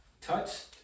touched